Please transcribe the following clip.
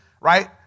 Right